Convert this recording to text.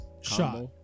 shot